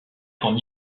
qu’on